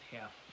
half